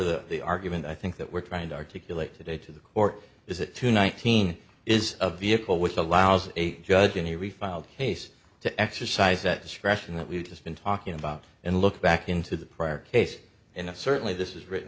of the argument i think that we're trying to articulate today to the court is it to nineteen is a vehicle which allows a judge in a refiled case to exercise that discretion that we've just been talking about and look back into the prior case and i certainly this is written